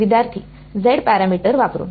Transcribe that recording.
विद्यार्थीः Z parameter वापरून